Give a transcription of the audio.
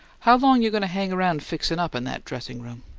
how long you goin' to hang around fixin' up in that dressin'-room?